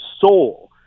soul